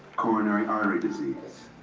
coronary artery disease.